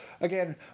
again